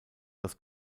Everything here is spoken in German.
das